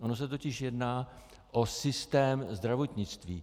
Ono se totiž jedná o systém zdravotnictví.